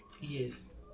yes